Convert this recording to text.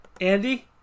Andy